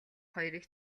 хоёрыг